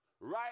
Right